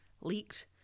leaked